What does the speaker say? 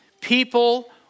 People